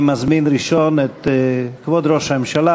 אני מזמין ראשון את כבוד ראש הממשלה,